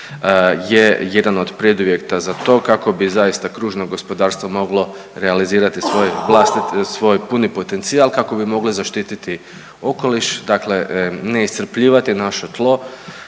je jedan od preduvjeta za to kako bi zaista kružno gospodarstvo moglo realizirati svoj puni potencijal kako bi mogli zaštititi okoliš. Dakle, ne iscrpljivati naše tlo,